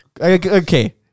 okay